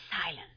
silence